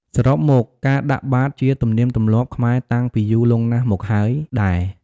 សរុបមកការដាកបាតជាទំលៀមទម្លាប់ខ្មែរតាំងពីយូលង់ណាស់មកហើយដែរ។